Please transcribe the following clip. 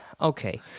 Okay